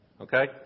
Okay